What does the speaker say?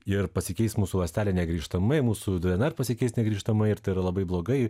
ir pasikeis mūsų ląstelė negrįžtamai mūsų dnr pasikeis negrįžtamai ir tai yra labai blogai